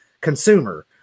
consumer